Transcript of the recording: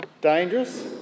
dangerous